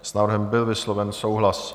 S návrhem byl vysloven souhlas.